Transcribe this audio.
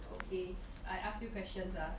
okay I ask you questions ah